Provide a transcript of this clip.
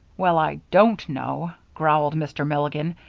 well, i don't know, growled mr. milligan,